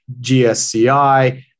GSCI